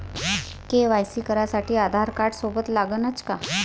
KYC करासाठी आधारकार्ड सोबत लागनच का?